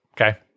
Okay